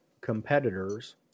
competitors